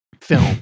film